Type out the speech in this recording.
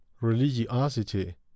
religiosity